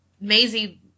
Maisie